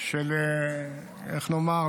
-- של, איך נאמר?